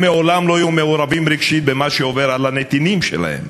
הם לעולם לא יהיו מעורבים רגשית במה שעובר על הנתינים שלהם.